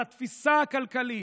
על התפיסה הכלכלית,